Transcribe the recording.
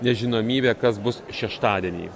nežinomybė kas bus šeštadienį